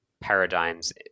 paradigms